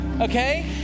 Okay